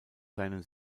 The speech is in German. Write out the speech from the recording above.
seinen